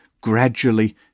gradually